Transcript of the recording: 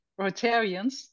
Rotarians